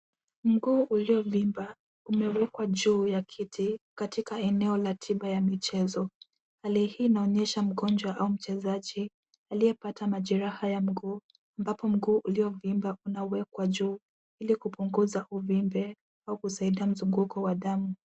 Mguu uliovimba umewekwa juu ya kiti katika eneo la tiba ya michezo. Hali hii inaonyesha mgonjwa au mchezaji aliyepata majeraha ya mguu ambapo mguu uliovimba unawekwa juu ili kupunguza uvimbe au kusaidia mzunguko wa damu.